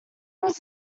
was